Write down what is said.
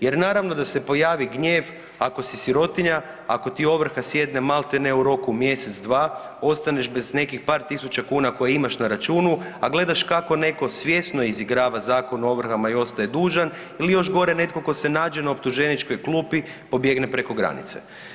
Jer naravno da se pojavi gnjev ako si sirotinja, ako ti ovrha sjedne malti ne u roku mjesec, dva, ostaneš bez nekih par tisuća kuna koje imaš na računu a gledaš kako neko svjesno izigrava zakon o ovrhama i ostaje dužan ili još gore, netko tko se nađe na optuženičkoj klupi, pobjegne preko granice.